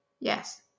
Yes